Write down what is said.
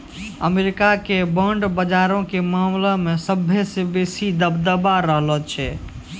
America के bond बजारो के मामला मे सभ्भे से बेसी दबदबा रहलो छै